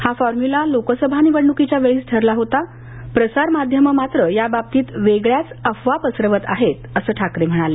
हा फॉर्म्युला लोकसभा निवडणुकीच्या वेळीच ठरला होता प्रसार माध्यमं मात्र या बाबतीत वेगवेगळ्या अफवा पसरवत आहेत असं ठाकरे म्हणाले